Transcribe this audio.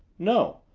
no,